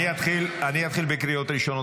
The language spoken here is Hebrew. אני אתחיל בקריאות ראשונות.